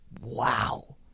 Wow